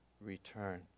return